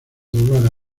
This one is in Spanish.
doblar